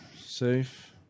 safe